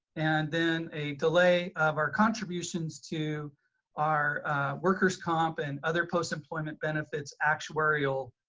and then a delay of our contributions to our workers comp and other post employment benefits, actuarial